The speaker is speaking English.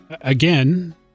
again